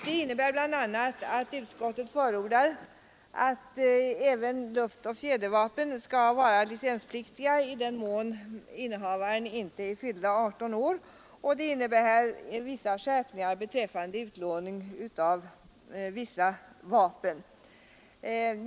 Det innebär bl.a. att utskottet förordar att även luftoch fjädervapen skall vara licenspliktiga i den mån innehavaren inte har fyllt 18 år, samt en del skärpningar i bestämmelserna beträffande utlåning av vissa vapen.